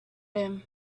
him